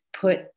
put